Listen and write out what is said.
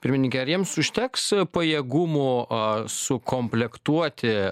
pirmininke ar jiems užteks pajėgumų sukomplektuoti